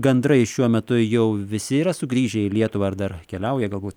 gandrai šiuo metu jau visi yra sugrįžę į lietuvą ar dar keliauja galbūt